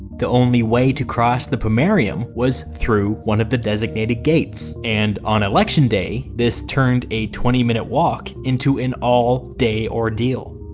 the only way to cross the pomerium was through one of the designated gates, and on election day this turned a twenty minute walk into an all day ordeal.